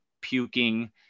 puking